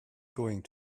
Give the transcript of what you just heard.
going